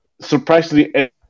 Surprisingly